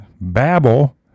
babble